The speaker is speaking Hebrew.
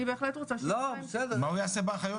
בהחלט רוצה --- מה הוא יעשה באחיות?